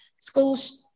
school's